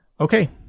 Okay